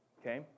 okay